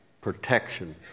protection